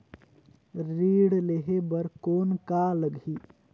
ऋण लेहे बर कौन का लगही?